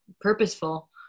purposeful